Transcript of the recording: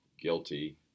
guilty